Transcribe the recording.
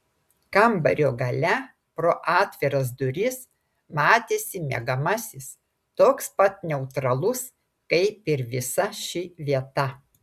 kambario gale pro atviras duris matėsi miegamasis toks pat neutralus kaip ir visa ši vieta